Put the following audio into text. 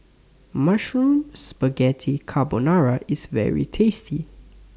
Mushroom Spaghetti Carbonara IS very tasty